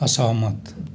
असहमत